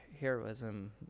heroism